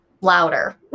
louder